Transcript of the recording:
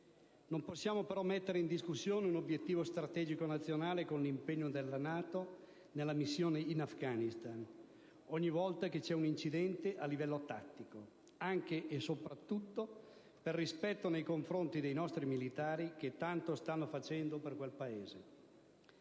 Non possiamo, però, mettere in discussione un obiettivo strategico nazionale con l'impegno nella NATO nella missione in Afghanistan ogni volta che c'è un incidente a livello tattico, anche e soprattutto per rispetto nei confronti dei nostri militari che tanto stanno facendo per quel Paese.